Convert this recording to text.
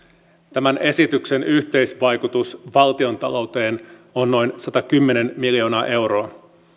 tämän esityksen yhteisvaikutus valtiontalouteen on noin satakymmentä miljoonaa euroa